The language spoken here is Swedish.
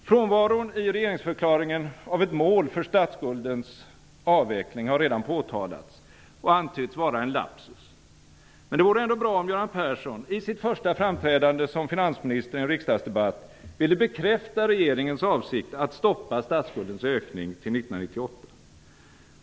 Frånvaron i regeringsförklaringen av ett mål för statsskuldens avveckling har redan påtalats och antytts vara en lapsus. Men det vore ändå bra om Göran Persson i sitt första framträdande som finansminister i en riksdagsdebatt ville bekräfta regeringens avsikt att stoppa statsskuldens ökning till 1998.